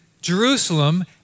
Jerusalem